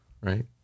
Right